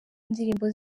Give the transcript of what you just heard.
ndirimbo